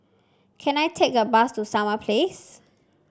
can I take a bus to Summer Place